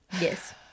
Yes